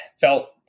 felt